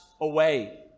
away